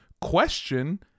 question